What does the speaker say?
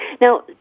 Now